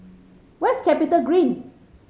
where is CapitaGreen